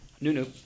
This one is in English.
Nunu